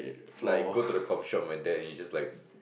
like go the coffee shop and my dad then he just like